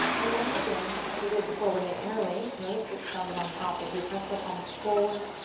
then once again, just as we did before, we're going to interlace. notice which thumb's on top as we press the palms forward,